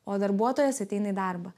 o darbuotojas ateina į darbą